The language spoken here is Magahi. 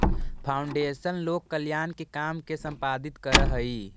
फाउंडेशन लोक कल्याण के काम के संपादित करऽ हई